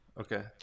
Okay